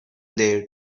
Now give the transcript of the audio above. their